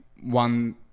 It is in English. one